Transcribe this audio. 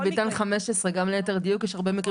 לא רק בביתן 15. גם ליתר דיוק יש הרבה מקרים